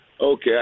Okay